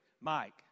Mike